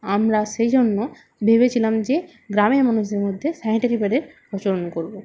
আমরা সেই জন্য ভেবেছিলাম যে গ্রামের মানুষদের মধ্যে স্যানিটারি প্যাডের প্রচলন করবো